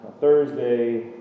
Thursday